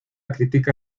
critica